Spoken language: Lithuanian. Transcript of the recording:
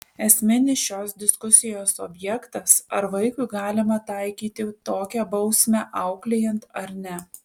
esminis šios diskusijos objektas ar vaikui galima taikyti tokią bausmę auklėjant ar ne